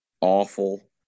awful